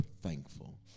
thankful